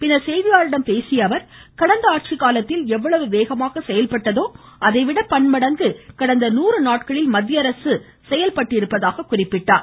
பின்னர் செய்தியாளர்களிடம் பேசிய அவர் கடந்த ஆட்சிக்காலத்தில் எவ்வளவு வேகமாக செயல்பட்டதோ அதை விட பன்மடங்கு கடந்த நூறு நாட்களில் மத்திய அரசு செயல்பட்டிருப்பதாக எடுத்துரைத்தார்